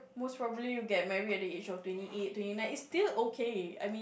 most probably you get married at the age of twenty eight twenty nine it's still okay I mean